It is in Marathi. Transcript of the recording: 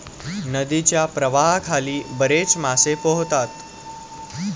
नदीच्या प्रवाहाखाली बरेच मासे पोहतात